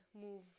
move